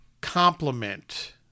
complement